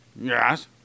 Yes